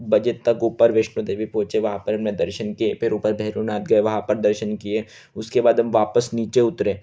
बजे तक ऊपर वैष्णो देवी पहुँचे वहाँ पर मैं दर्शन किए फिर ऊपर भैरों नाथ गए वहाँ पर दर्शन किए उसके बाद हम वापस नीचे उतरे